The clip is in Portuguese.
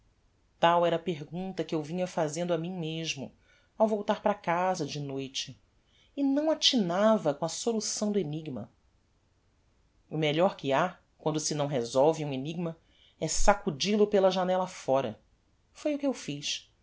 tal era a pergunta que eu vinha fazendo a mim mesmo ao voltar para casa de noite e não atinava com a solução do enigma o melhor que ha quando se não resolve um enigma é sacudil o pela janella fóra foi o que eu fiz